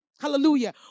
Hallelujah